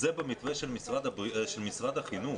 זה במתווה של משרד החינוך.